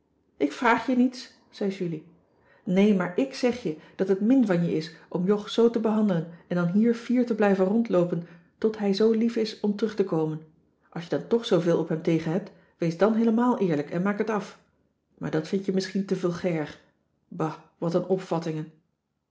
ik vraag je niets zei julie nee maar k zeg je dat het min van je is om jog zoo te behandelen en dan hier fier te blijven rondloopen tot hij zoo lief is om terug te komen als je dan toch zooveel op hem tegen hebt wees dan heelemaal eerlijk en maak het af maar dat vind je misschien te vulgair ba wat n opvattingen